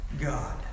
God